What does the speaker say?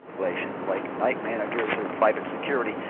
like and like night managers or private security,